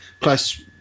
plus